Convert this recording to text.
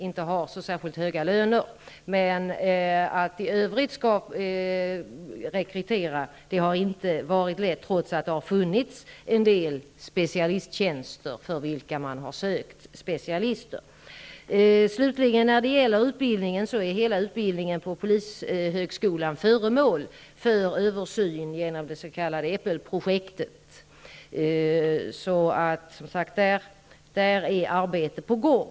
I övrigt har det inte varit lätt att rekrytera, trots att det har funnits en del tjänster till vilka man har sökt specialister. Hela utbildningen på polishögskolan är föremål för översyn, genom det s.k. äppelprojektet, så där är arbete på gång.